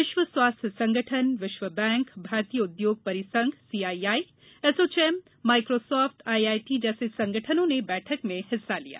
विश्व स्वास्थ्य संगठन विश्व बैंक भारतीय उद्योग परिसंघ सीआईआई एसोचेम माइक्रोसॉफ्ट आईआईटी जैसे संगठनों ने बैठक में हिस्सा लिया